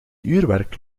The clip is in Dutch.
uurwerk